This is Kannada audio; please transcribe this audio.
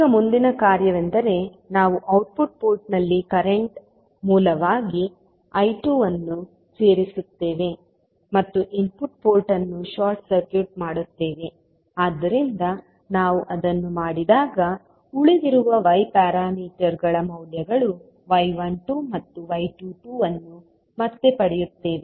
ಈಗ ಮುಂದಿನ ಕಾರ್ಯವೆಂದರೆ ನಾವು ಔಟ್ಪುಟ್ ಪೋರ್ಟ್ನಲ್ಲಿ ಕರೆಂಟ್ ಮೂಲವಾಗಿ I2 ಅನ್ನು ಸೇರಿಸುತ್ತೇವೆ ಮತ್ತು ಇನ್ಪುಟ್ ಪೋರ್ಟ್ ಅನ್ನು ಶಾರ್ಟ್ ಸರ್ಕ್ಯೂಟ್ ಮಾಡುತ್ತೇವೆ ಆದ್ದರಿಂದ ನಾವು ಅದನ್ನು ಮಾಡಿದಾಗ ಉಳಿದಿರುವ Y ಪ್ಯಾರಾಮೀಟರ್ಗಳ ಮೌಲ್ಯಗಳು y12 ಮತ್ತು y22 ಅನ್ನು ಮತ್ತೆ ಪಡೆಯುತ್ತೇವೆ